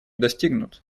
достигнут